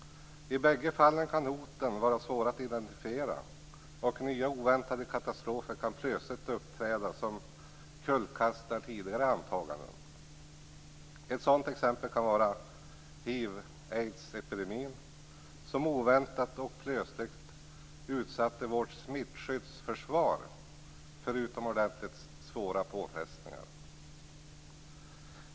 I bägge fallen kan hoten vara svåra att identifiera. Nya, oväntade katastrofer kan plötsligt uppträda som kullkastar tidigare antaganden. Ett sådant exempel kan vara hiv/aidsepidemin, som oväntat och plötsligt utsatte vårt smittskyddsförsvar för utomordentligt svåra påfrestningar.